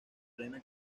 plena